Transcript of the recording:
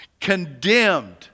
condemned